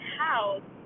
house